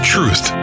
Truth